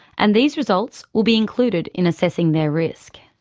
and these results will be included in assessing their risk.